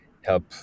help